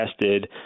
tested